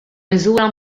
miżura